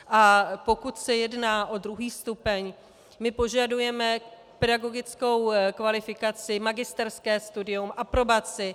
A pokud se jedná o druhý stupeň, my požadujeme pedagogickou kvalifikaci, magisterské studium, aprobaci.